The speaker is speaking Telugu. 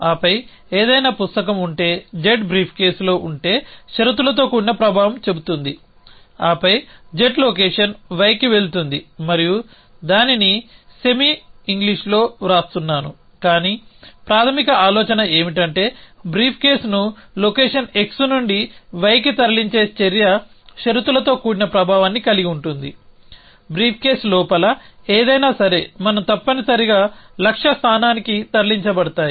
ఆపై ఏదైనా పుస్తకం ఉంటే z బ్రీఫ్కేస్లో ఉంటే షరతులతో కూడిన ప్రభావం చెబుతుంది ఆపై z లొకేషన్ yకి వెళ్తుంది మరియు దానిని సెమీ ఇంగ్లీషులో వ్రాస్తున్నాను కానీ ప్రాథమిక ఆలోచన ఏమిటంటే బ్రీఫ్కేస్ను లొకేషన్ x నుండి yకి తరలించే చర్య షరతులతో కూడిన ప్రభావాన్ని కలిగి ఉంటుంది బ్రీఫ్కేస్ లోపల ఏదైనా సరే మనం తప్పనిసరిగా లక్ష్య స్థానానికి తరలించబడతాము